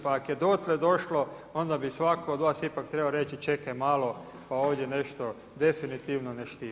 Pa ako je dotle došlo onda bi svatko od vas ipak trebao reći, čekaj malo, pa ovdje nešto definitivno ne štima.